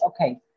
Okay